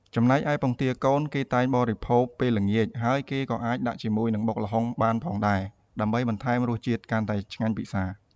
ចំណែកឯ ពងទាកូន គេតែងបរិភោគនៅពេលល្ងាច ហើយគេក៏អាចដាក់ជាមួយនឹងបុកល្ហុងបានផងដែរ ដើម្បីបន្ថែមនៅរសជាតិកាន់តែឆ្ងាញ់ពិសារ។